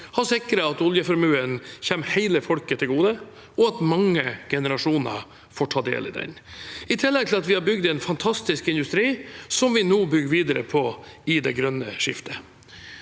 har sikret at oljeformuen kommer hele folket til gode, og at mange generasjoner får ta del i den – i tillegg til at vi har bygd en fantastisk industri, som vi nå bygger videre på i det grønne skiftet.